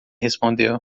respondeu